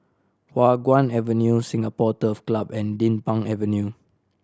Hua Guan Avenue Singapore Turf Club and Din Pang Avenue